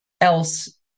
else